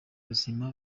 buzima